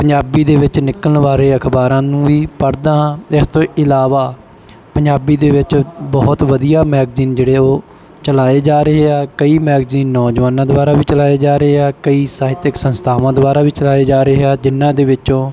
ਪੰਜਾਬੀ ਦੇ ਵਿੱਚ ਨਿਕਲਣ ਬਾਰੇ ਅਖ਼ਬਾਰਾਂ ਨੂੰ ਵੀ ਪੜ੍ਹਦਾ ਹਾਂ ਇਸ ਤੋਂ ਇਲਾਵਾ ਪੰਜਾਬੀ ਦੇ ਵਿੱਚ ਬਹੁਤ ਵਧੀਆ ਮੈਗਜ਼ੀਨ ਜਿਹੜੇ ਹੈ ਉਹ ਚਲਾਏ ਜਾ ਰਹੇ ਹੈ ਕਈ ਮੈਗਜ਼ੀਨ ਨੌਜਵਾਨਾਂ ਦੁਆਰਾ ਵੀ ਚਲਾਏ ਜਾ ਰਹੇ ਹੈ ਕਈ ਸਾਹਿਤਿਕ ਸੰਸਥਾਵਾਂ ਦੁਆਰਾ ਵੀ ਚਲਾਏ ਜਾ ਰਹੇ ਹੈ ਜਿਨ੍ਹਾਂ ਦੇ ਵਿੱਚੋਂ